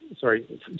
sorry